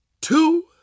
two